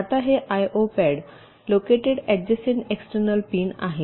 आता हे IO pad located adjacent external pin आहेत